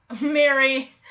Mary